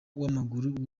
w’amaguru